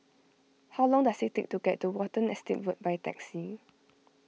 how long does it take to get to Watten Estate Road by taxi